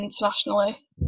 internationally